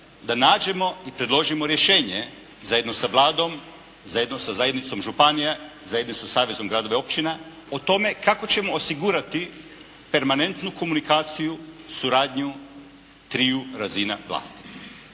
da nađemo i predložimo rješenje zajedno sa Vladom, zajedno sa zajednicom županija, zajedno sa savezom gradova i općina o tome kako ćemo osigurati permanentnu komunikaciju, suradnju triju razina vlasti.